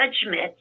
judgment